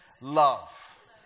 love